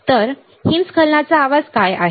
तर अवालांच हिमस्खलनाचा आवाज काय आहे